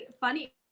funny